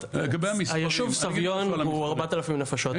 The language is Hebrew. היישוב סביון הוא 4,00 נפשות,